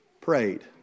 prayed